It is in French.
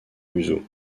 museau